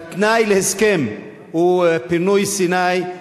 כתנאי להסכם היה פינוי סיני,